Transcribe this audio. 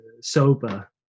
sober